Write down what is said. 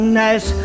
nice